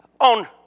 on